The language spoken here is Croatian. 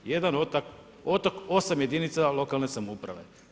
Jedan otok – 8 jedinica lokalne samouprave.